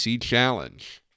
Challenge